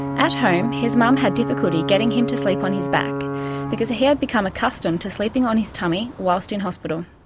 at home his mum had difficulty getting him to sleep on his back because he had become accustomed to sleeping on his tummy whilst in hospital.